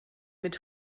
mit